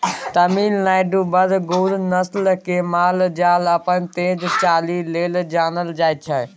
तमिलनाडुक बरगुर नस्लक माल जाल अपन तेज चालि लेल जानल जाइ छै